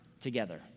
together